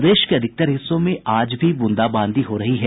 प्रदेश के अधिकतर हिस्सों में आज भी ब्रंदाबांदी हो रही है